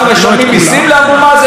אנחנו משלמים מיסים לאבו מאזן?